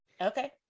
Okay